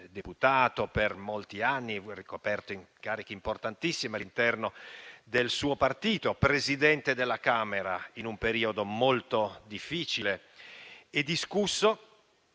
Deputato per molti anni, ha ricoperto incarichi importantissimi all'interno del suo partito; Presidente della Camera in un periodo molto difficile e discusso;